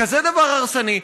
כזה דבר הרסני.